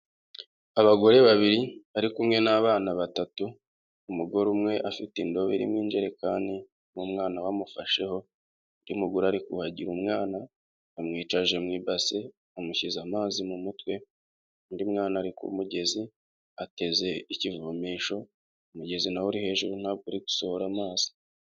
Abagore babiri ari kumwe n'abana batatu umugore umwe afite indoborimo injerekani n'umwana bamufasheho undimu umugore ariko agira umwana amwica aje mu ibase amushyize amazi mu mutwe, undi mwana ariko umugezi ateze ikivomesho umugezi nawe uri hejuru ntabwo uri gusohora amazi.